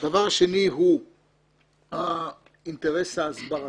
הדבר השני הוא האינטרס ההסברתי,